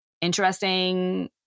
interesting